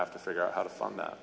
have to figure out how to fund that